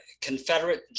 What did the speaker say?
Confederate